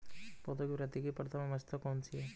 पौधों की वृद्धि की प्रथम अवस्था कौन सी है?